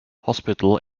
hospital